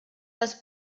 les